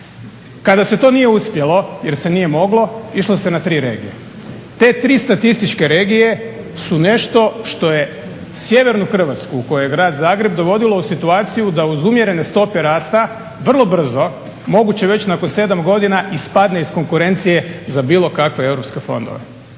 Kada se to nije uspjelo jer se nije moglo išlo se na tri regije. Te tri statističke regije su nešto što je sjevernu Hrvatsku u kojoj je grad Zagreb dovodilo da uz umjerene stope rasta vrlo brzo moguće već nakon 7 godina ispadne iz konkurencije za bilo kakve europske fondove.